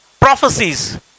Prophecies